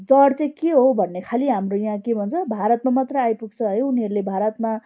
जड चाहिँ के हो भन्ने खालि हाम्रो यहाँ के भन्छ भारतमा मात्र आइपुग्छ है उनीहरूले भारतमा